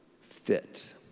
fit